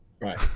Right